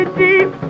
deep